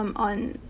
um on.